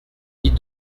dis